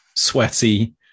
Sweaty